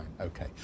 Okay